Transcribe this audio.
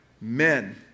men